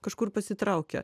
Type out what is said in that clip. kažkur pasitraukia